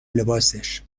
لباسش